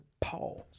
Pause